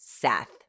Seth